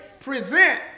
present